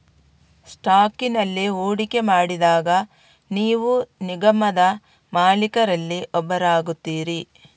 ಸ್ಟಾಕಿನಲ್ಲಿ ಹೂಡಿಕೆ ಮಾಡಿದಾಗ ನೀವು ನಿಗಮದ ಮಾಲೀಕರಲ್ಲಿ ಒಬ್ಬರಾಗುತ್ತೀರಿ